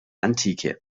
antike